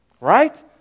Right